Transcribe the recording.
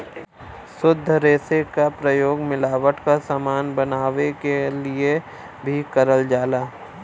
शुद्ध रेसे क प्रयोग मिलावट क समान बनावे क लिए भी करल जाला